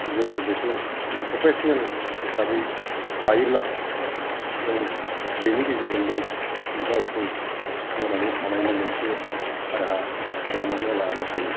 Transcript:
जोङो बेखौ प्रफेशनेल हिसाबै लायोब्ला जों बेनि गेजेरजोंबो गावखौ थांनानै थानायनि मोनसे राहा खालामनानै लानो हायो